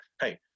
hey